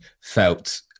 felt